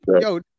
yo